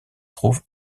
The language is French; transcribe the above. trouve